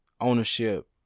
ownership